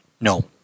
No